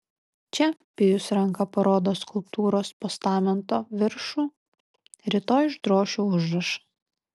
čia pijus ranka parodo skulptūros postamento viršų rytoj išdrošiu užrašą